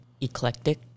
Eclectic